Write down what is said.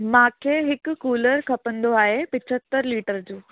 मूंखे हिकु कूलर खपंदो आहे पिचतर लीटर जो